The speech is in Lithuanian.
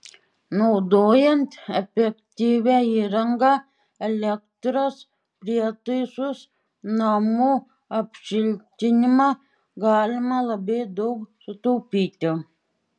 naudojant efektyvią įrangą elektros prietaisus namų apšiltinimą galima labai daug sutaupyti